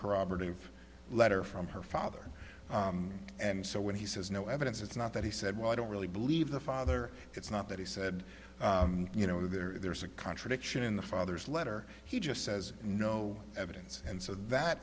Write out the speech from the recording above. corroborative letter from her father and so when he says no evidence it's not that he said well i don't really believe the father it's not that he said you know there is a contradiction in the father's letter he just says no evidence and so that